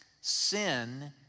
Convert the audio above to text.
Sin